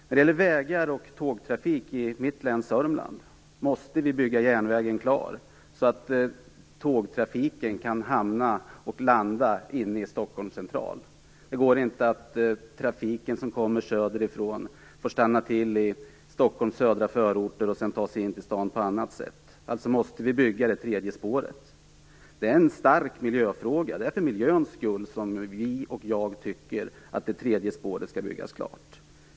När det gäller vägar och tågtrafik i Södermanland vill jag säga att vi måste bygga järnvägen klar, så att vår tågtrafik når fram till Stockholms central. Det räcker inte att vår trafik söderifrån stannar i Stockholms södra förorter och att man därifrån får ta sig in till staden på annat sätt. Därför måste vi bygga det tredje spåret. Det är en stor miljöfråga. Det är för miljöns skull som vi och jag tycker att det tredje spåret skall byggas klart.